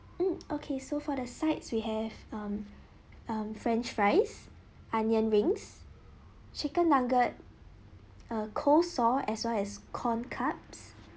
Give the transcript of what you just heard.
um okay so for the sides we have um um french fries onion rings chicken nugget uh coleslaw as well as corn cups